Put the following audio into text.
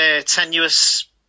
tenuous